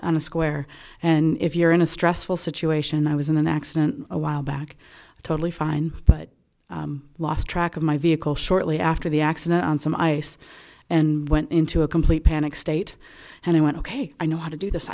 on a square and if you're in a stressful situation i was in an accident a while back totally fine but lost track of my vehicle shortly after the accident on some ice and went into a complete panic state and i went ok i know how to do this